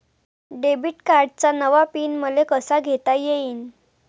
Debit कार्डचा नवा PIN मले कसा घेता येईन?